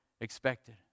expected